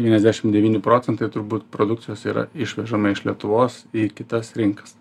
devyniasdešim devyni procentai turbūt produkcijos yra išvežama iš lietuvos į kitas rinkas